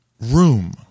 Room